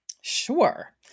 Sure